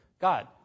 God